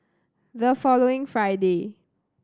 the following Friday